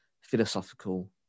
philosophical